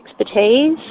expertise